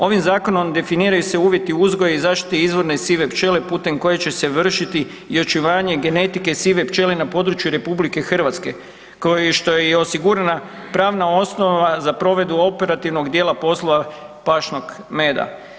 Ovim zakonom definiraju se uvjeti uzgoja i zaštite izvorne sive pčele putem koje će se vršiti i očuvanje genetike sive pčele na području RH kao što je i osigurana pravna osnova za provedbu operativnog dijela poslova pašnog meda.